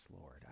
Lord